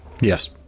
Yes